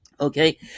Okay